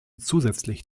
zusätzlich